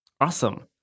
Awesome